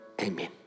Amen